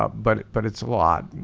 ah but but it's a lot